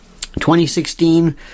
2016